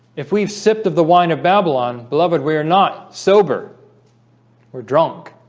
if we've sipped of the wine of babylon beloved, we're not sober or drunk